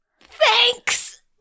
Thanks